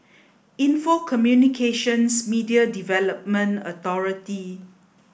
Info Communications Media Development Authority